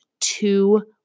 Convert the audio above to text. two